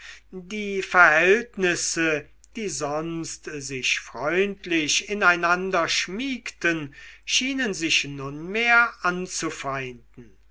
die verhältnisse die sonst sich freundlich ineinanderschmiegten schienen sich nunmehr anzufeinden